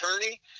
attorney